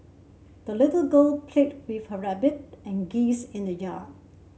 the little girl played with her rabbit and geese in the yard